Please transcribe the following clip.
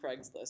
Craigslist